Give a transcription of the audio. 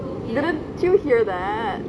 didn't you hear that